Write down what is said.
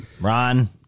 Ron